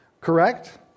Correct